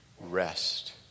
rest